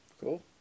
cool